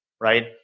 right